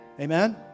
Amen